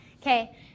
Okay